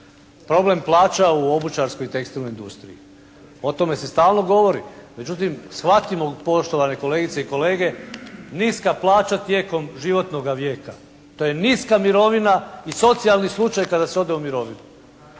Problem plaća u obućarskoj i tekstilnoj industriji. O tome se stalno govori. Međutim, shvatimo poštovane kolegice i kolege niska plaća tijekom životnoga vijeka, to je niska mirovina i socijalni slučaj kada se ode u mirovinu.